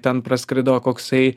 ten praskrido koksai